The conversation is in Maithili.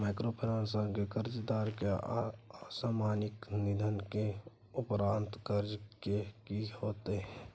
माइक्रोफाइनेंस के कर्जदार के असामयिक निधन के उपरांत कर्ज के की होतै?